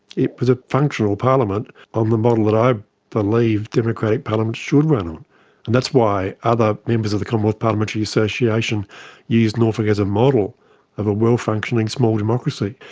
it was a functional parliament on the model that i believed democratic parliaments should run on. and that's why other members of the commonwealth parliamentary association used norfolk as a model of a well-functioning small democracy.